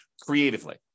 creatively